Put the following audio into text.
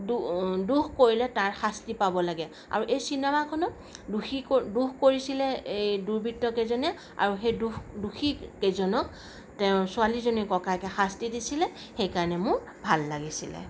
দোষ কৰিলে তাৰ শাস্তি পাব লাগে আৰু এই চিনেমাখনত দোষী কৰি দোষ কৰিছিলে এই দুৰ্বৃত্তকেইজনে আৰু সেই দোষ দোষিকেইজনক তেওঁৰ ছোৱালীজনীৰ ককায়েকে শাস্তি দিছিলে সেই কাৰণে মোৰ ভাল লাগিছিলে